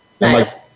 Nice